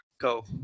Go